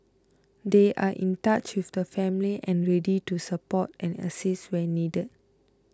they are in touch with the family and ready to support and assist where needed